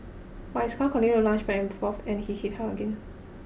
but his car continued to lunge back and forth and he hit her again